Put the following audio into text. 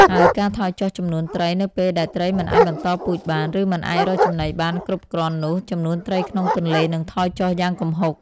ហើយការថយចុះចំនួនត្រីនៅពេលដែលត្រីមិនអាចបន្តពូជបាន ឬមិនអាចរកចំណីបានគ្រប់គ្រាន់នោះ ចំនួនត្រីក្នុងទន្លេនឹងថយចុះយ៉ាងគំហុក។